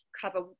cover